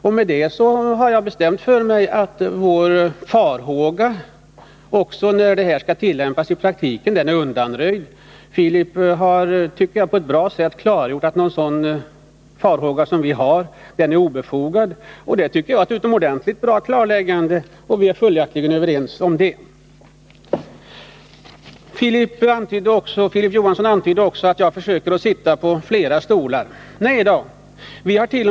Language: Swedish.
Därmed är vår farhåga beträffande den praktiska tillämpningen undanröjd. Filip Johansson har på ett bra sätt klargjort att vår farhåga var obefogad. Det tycker jag är utomordentligt bra. Vi är följaktligen överens på den punkten. Filip Johansson antydde också att jag försöker sitta på flera stolar. Nej då, så är inte fallet.